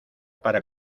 para